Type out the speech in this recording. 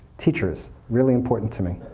teachers really important to me.